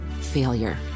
failure